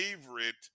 favorite